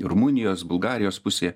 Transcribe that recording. rumunijos bulgarijos pusėj